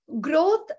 Growth